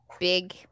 big